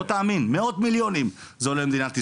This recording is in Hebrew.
לא תאמינו, מאות מיליונים זה עולה למדינת ישראל.